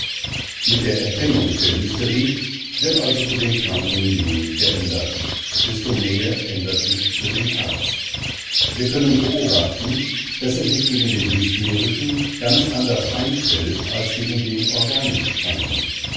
mit der erkennung der hysterie wird also für den kranken wenig geändert desto mehr ändert sich für den arzt wir können beobachten daß er sich gegen den hysterischen ganz anders einstellt als gegen den organisch kranken